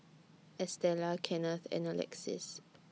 Estella Kenneth and Alexis